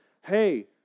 hey